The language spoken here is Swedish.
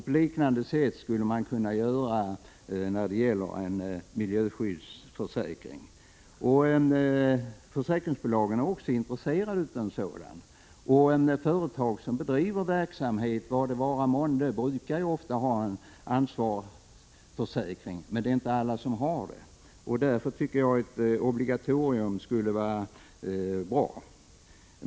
På liknande sätt skulle man kunna göra när det gäller en miljöskyddsförsäkring. Försäkringsbolagen är också intresserade av en sådan. Företag som bedriver verksamhet, vad det vara månde, brukar ha en ansvarsförsäkring. Det är emellertid inte alla som har det, och därför vore ett obligatorium bra.